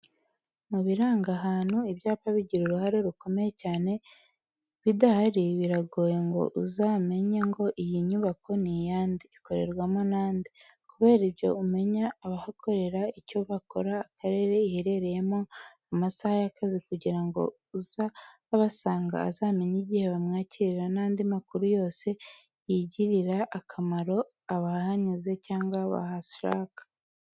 Mu biranga ahantu ibyapa bigira uruhare rukomeye cyane. Bidahari biragoye ngo uzamenye ngo iyi nyubako ni iyande, ikorerwamo na nde. Kubera byo, umenya abahakorera, icyo bakora, akarere iherereyemo, amasaha y'akazi kugira ngo uza abasanga azamenye igihe bamwakirira, n'andi makuru yose yagirira akamaro abahanyuze cyangwa bahashaka.